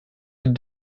les